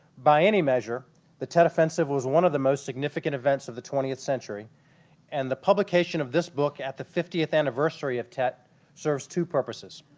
by any measure the tet offensive was one of the most significant events of the twentieth century and the publication of this book at the fiftieth anniversary of tet serves two purposes